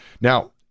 Now